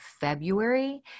February